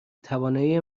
توانایی